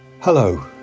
Hello